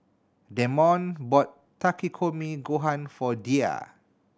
Demond bought Takikomi Gohan for Diya